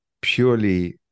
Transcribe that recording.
purely